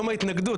יום ההתנגדות,